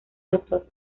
autor